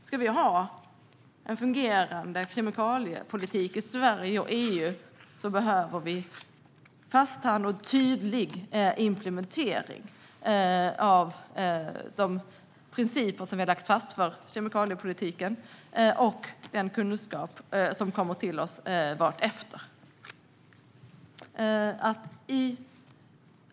Ska vi ha en fungerande kemikaliepolitik i Sverige och EU behöver vi en fast hand och tydlig implementering av de principer som vi har lagt fast för kemikaliepolitiken och den kunskap som kommer till oss vartefter.